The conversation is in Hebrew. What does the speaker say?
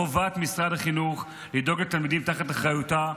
חובת משרד החינוך לדאוג לתלמידים תחת אחריותו,